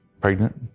pregnant